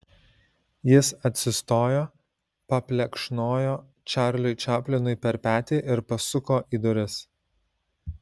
jis atsistojo paplekšnojo čarliui čaplinui per petį ir pasuko į duris